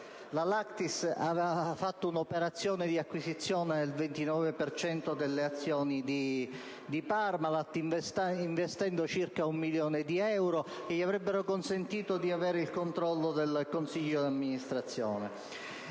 la Lactalis ha fatto un'operazione di acquisizione del 29 per cento delle azioni di Parmalat, investendo circa un miliardo di euro che le avrebbero consentito di avere il controllo del consiglio di amministrazione.